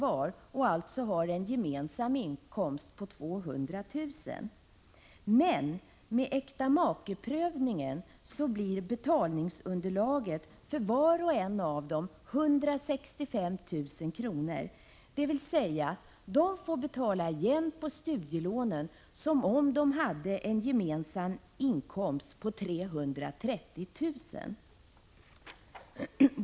var och alltså har en gemensam inkomst på 200 000 kr. Med äktamakeprövningen blir betalningsunderlaget för var och en av dem 165 000 kr., dvs. att de får betala igen på studielånen som om de hade en gemensam inkomst på 330 000 kr.